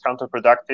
counterproductive